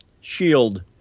Shield